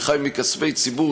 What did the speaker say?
שחי מכספי ציבור,